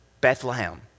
bethlehem